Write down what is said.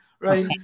right